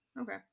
Okay